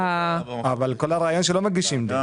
אבל כל הרעיון שלא מגישים דוח.